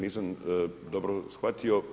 Nisam dobro shvatio.